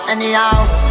Anyhow